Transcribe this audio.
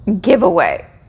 giveaway